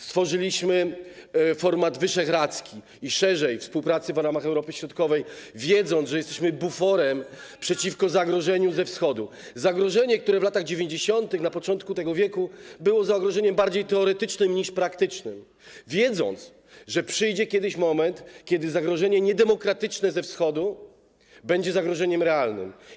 Stworzyliśmy format wyszehradzki i, szerzej, format współpracy w ramach Europy Środkowej, wiedząc, że jesteśmy buforem przeciwko zagrożeniu ze Wschodu - to zagrożenie, które w latach 90., na początku tego wieku było zagrożeniem bardziej teoretycznym niż praktycznym - wiedząc, że przyjdzie kiedyś moment, kiedy zagrożenie niedemokratyczne ze Wschodu będzie zagrożeniem realnym.